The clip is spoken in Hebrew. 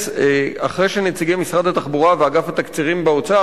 אחרי שנציגי משרד התחבורה ואגף התקציבים באוצר,